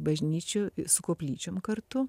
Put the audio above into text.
bažnyčių su koplyčiom kartu